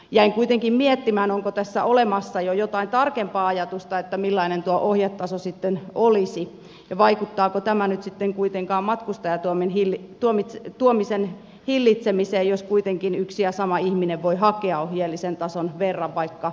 jäin kuitenkin miettimään onko tässä olemassa jo jotain tarkempaa ajatusta millainen tuo ohjetaso sitten olisi ja vaikuttaako tämä nyt sitten kuitenkaan matkustajatuonnin hillitsemiseen jos kuitenkin yksi ja sama ihminen voi hakea ohjeellisen tason verran vaikka joka päivä